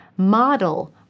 Model